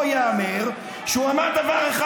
אבל מה שאמרת לא ראוי.